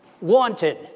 Wanted